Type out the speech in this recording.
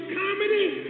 comedy